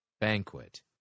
banquet